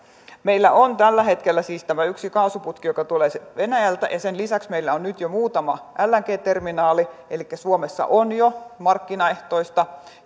meillä on tällä hetkellä siis tämä yksi kaasuputki joka tulee venäjältä ja sen lisäksi meillä on nyt jo muutama lng terminaali elikkä suomessa on jo markkinaehtoista